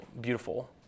beautiful